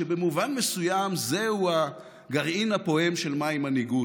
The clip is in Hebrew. שבמובן מסוים זהו הגרעין הפועם של מהי מנהיגות: